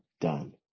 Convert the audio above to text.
done